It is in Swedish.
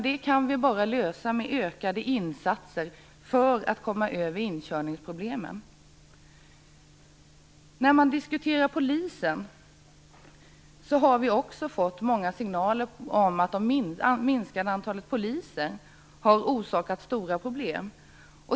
Det kan vi bara lösa med ökade insatser för att komma över inkörningsproblemen. Vi har också fått många signaler om att det minskade antalet poliser har orsakat stora problem.